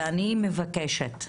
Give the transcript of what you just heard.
אני מבקשת,